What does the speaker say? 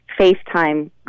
Facetime